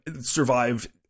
survived